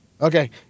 Okay